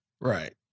Right